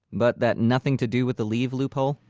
but that nothing to do with the leave loophole?